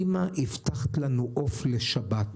אימא, הבטחת לנו עוף לשבת.